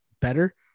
better